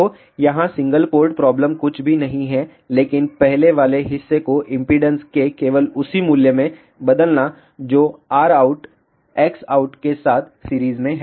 तो यहां single port problem कुछ भी नहीं है लेकिन पहले वाले हिस्से को इम्पीडेन्स के केवल उसी मूल्य में बदलना जो Rout Xout के साथ सीरीज में है